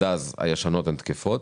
עד אז, הישנות יהיו תקפות.